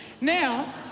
Now